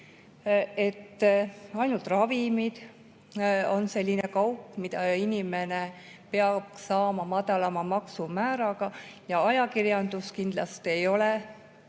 et ainult ravimid on selline kaup, mida inimene peaks saama madalama maksumääraga. Ajakirjandus ei ole